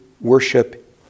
worship